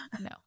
No